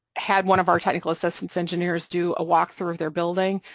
had one of our technical assistance engineers do a walk through their building,